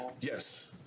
yes